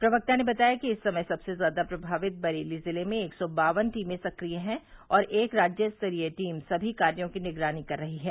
प्रवक्ता ने बताया कि इस समय सबसे ज़्यादा प्रभावित बरेली ज़िले में एक सौ बावन टीमें सक्रिय है और एक राज्य स्तरीय टीम सभी कार्यो की निगरानी कर रही है